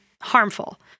harmful